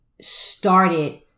started